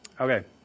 Okay